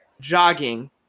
jogging